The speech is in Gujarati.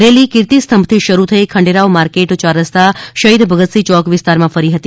રેલી કીર્તી સ્તભથી શરૂ થઇ ખંડેરાવ માર્કેટ ચાર રસ્તા શરૂ ીદ ભગતસિંહ ચોક વિસ્તારમાં ફરી હતી